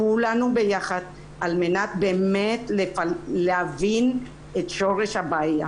כולנו ביחד על מנת באמת להבין את שורש הבעיה.